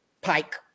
Pike